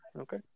Okay